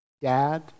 dad